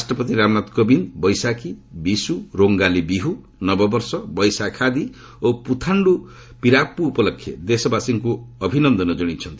ରାଷ୍ଟ୍ରପତି ରାମନାଥ କୋବିନ୍ଦ୍ ବୈଶାଖୀ ବିଷୁ ରୋଙ୍ଗାଲି ବିହୁ ନବବର୍ଷ ବୈଶାଖାଦି ଓ ପୁଥାଣ୍ଡୁ ପିରାପ୍ମ ଉପଲକ୍ଷେ ଦେଶବାସୀଙ୍କୁ ଅଭିନନ୍ଦନ ଜଣାଇଛନ୍ତି